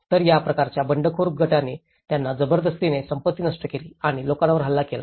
तर या प्रकारच्या बंडखोर गटाने त्यांना जबरदस्तीने संपत्ती नष्ट केली आणि लोकांवर हल्ला केला